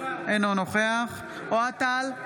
אינו נוכח אוהד טל,